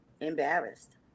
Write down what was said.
embarrassed